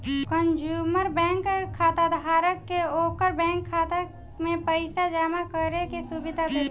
consumer bank खाताधारक के ओकरा बैंक खाता में पइसा जामा करे के सुविधा देला